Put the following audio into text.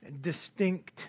distinct